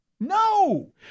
No